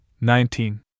nineteen